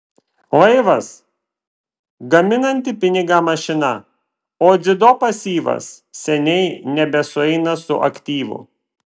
laivas gaminanti pinigą mašina o dzido pasyvas seniai nebesueina su aktyvu